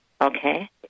Okay